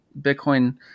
Bitcoin